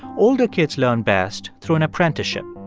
older kids learn best through an apprenticeship.